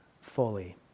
fully